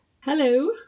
Hello